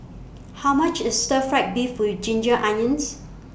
How much IS Stir Fried Beef with Ginger Onions